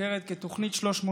המוכרת כתוכנית 360,